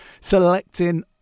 selecting